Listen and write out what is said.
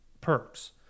perks